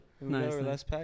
Nice